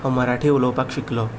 हांव मराठी उलोवपाक शिकलों